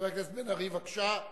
חבר הכנסת בן-ארי, בבקשה,